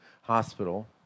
hospital